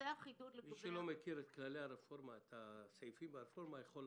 מי שלא מכיר את הסעיפים ברפורמה יכול לחשוש.